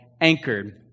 Anchored